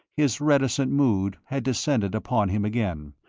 his reticent mood had descended upon him again,